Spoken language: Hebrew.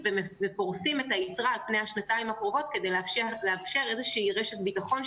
ופורסים את היתרה על פני השנתיים הקרובות כדי לאפשר רשת ביטחון,